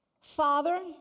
father